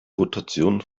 rotation